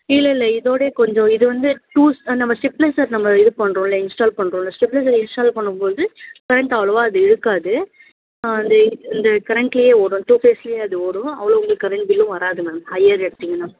இல்லை இல்லை இதோடய கொஞ்சம் இது வந்து டூல்ஸ் நம்ம ஸ்டெபிலைஸர் நம்ம இது பண்ணுறோம்ல இன்ஸ்டால் பண்றோம்ல ஸ்டெபிலைஸரை இன்ஸ்டால் பண்ணும்போது கரண்ட் அவ்வளோவா அது இழுக்காது அந்த இது அந்த கரண்ட்லே ஓடும் டூ பேஸ்ல அது ஓடும் அவ்வளோ உங்களுக்கு கரண்ட் பில்லும் வராது மேம் ஹையர் எடுத்தீங்கனால்